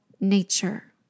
nature